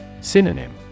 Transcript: Synonym